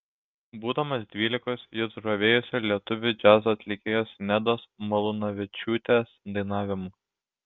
būdamas dvylikos jis žavėjosi lietuvių džiazo atlikėjos nedos malūnavičiūtės dainavimu